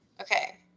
Okay